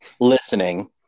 listening